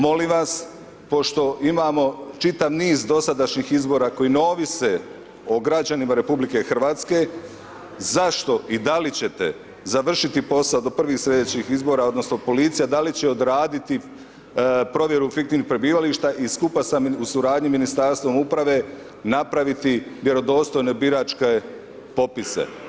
Molim vas pošto imamo čitav niz dosadašnjih izbora koji ne ovise o građanima RH, zašto i da li ćete završiti posao do prvih slijedećih izbora odnosno policija da li će odraditi provjeru fiktivnih prebivališta i skupa u suradnji s Ministarstvom uprave, napraviti vjerodostojne biračke popise?